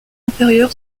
inférieur